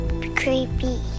creepy